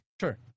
Sure